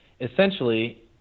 essentially